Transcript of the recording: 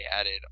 added